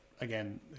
again